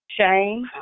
Shane